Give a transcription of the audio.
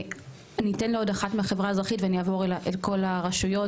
אני אתן לעוד אחד מהחברה האזרחית ואני אעבור לכל הרשויות,